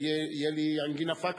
שיהיה לי אנגינה פקטוריס.